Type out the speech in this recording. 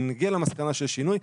אם נגיע למסקנה שיש שינוי,